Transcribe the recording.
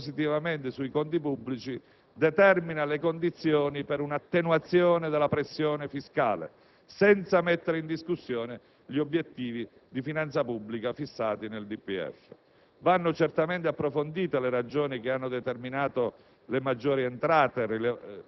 va evidenziato che il cospicuo extragettito rilevato, oltre ad incidere positivamente sui conti pubblici, determina le condizioni per un'attenuazione della pressione fiscale senza mettere in discussione gli obiettivi di finanza pubblica fissati nel DPEF.